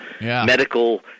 medical